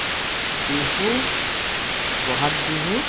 Bihu Bohag Bihu